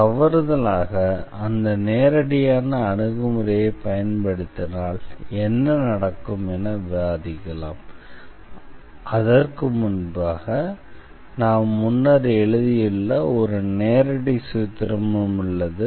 எனவே தவறுதலாக அந்த நேரடியான அணுகுமுறையைப் பயன்படுத்தினால் என்ன நடக்கும் என விவாதிக்கலாம் அதற்கு முன்பு நாம் முன்னர் எழுதியுள்ள ஒரு நேரடி சூத்திரமும் உள்ளது